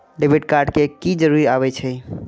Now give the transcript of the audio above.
Debit card के की जरूर आवे छै?